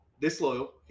Disloyal